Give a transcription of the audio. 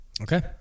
Okay